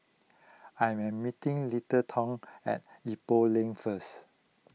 I am meeting Littleton at Ipoh Lane first